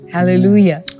Hallelujah